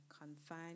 confine